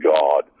God